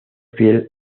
fiel